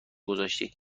گذاشتی